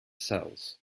cells